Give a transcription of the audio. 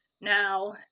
now